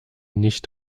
nicht